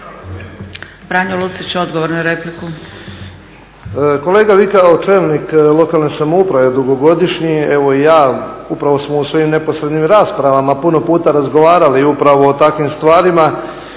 **Lucić, Franjo (HDZ)** Kolega vi kao čelnik lokalne samouprave dugogodišnji evo i ja upravo smo u svojim neposrednim raspravama puno puta razgovarali upravo o takvim stvarima